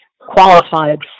qualified